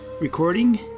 Recording